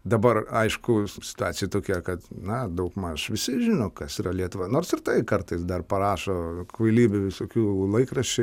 dabar aišku situacija tokia kad na daugmaž visi žino kas yra lietuva nors ir tai kartais dar parašo kvailybių visokių laikraščiai